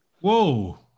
Whoa